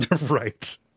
Right